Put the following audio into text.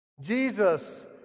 Jesus